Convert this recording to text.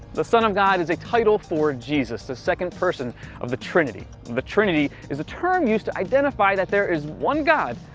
the son of god, is a title for jesus, the second person of the trinity. the trinity is the term used to identify that there is one god,